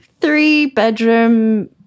three-bedroom